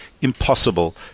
impossible